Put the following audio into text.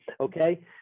Okay